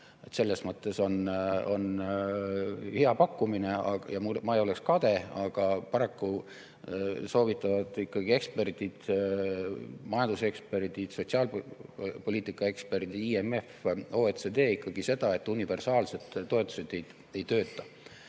Selles mõttes on hea pakkumine ja ma ei oleks kade, aga paraku soovitavad ikkagi eksperdid – majanduseksperdid, sotsiaalpoliitika eksperdid, IMF, OECD – ikkagi seda, et kuna universaalsed toetused ei tööta,